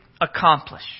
accomplish